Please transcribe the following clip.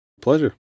Pleasure